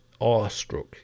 awestruck